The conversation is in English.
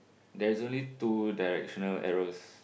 there is only two directional arrows